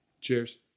Cheers